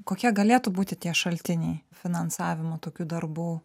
kokie galėtų būti tie šaltiniai finansavimo tokių darbų